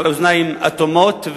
על אוזניים אטומות,